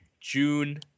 June